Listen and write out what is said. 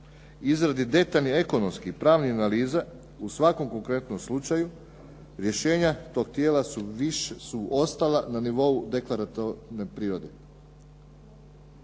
izradi detaljnih ekonomskih i pravnih analiza u svakom konkretnom slučaju rješenja tog tijela su ostala na nivou deklaratorne prirode.